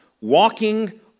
walking